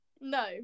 No